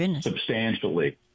substantially